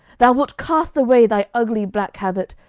thou wilt cast away thy ugly black habit.